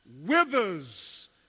withers